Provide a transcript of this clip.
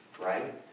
right